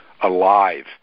alive